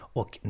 och